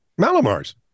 Malamars